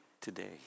today